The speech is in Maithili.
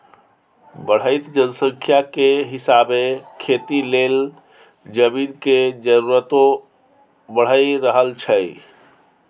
बढ़इत जनसंख्या के हिसाबे खेती लेल जमीन के जरूरतो बइढ़ रहल छइ